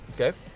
Okay